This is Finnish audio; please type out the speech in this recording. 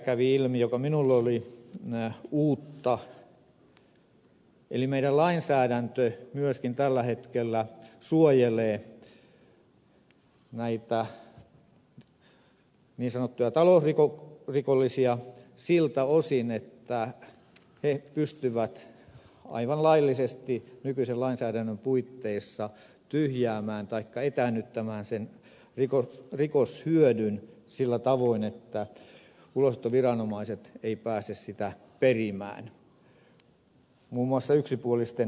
kävi ilmi mikä minulle oli uutta että meidän lainsäädäntömme myöskin tällä hetkellä suojelee näitä niin sanottuja talousrikollisia siltä osin että he pystyvät aivan laillisesti nykyisen lainsäädännön puitteissa tyhjäämään taikka etäännyttämään sen rikoshyödyn sillä tavoin että ulosottoviranomaiset eivät pääse sitä perimään muun muassa yksipuolisten tuomioitten kautta